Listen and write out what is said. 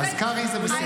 אז "קרעי" זה בסדר.